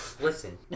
Listen